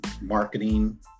marketing